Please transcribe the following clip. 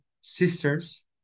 sisters